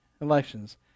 elections